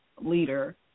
leader